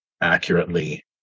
accurately